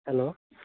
hello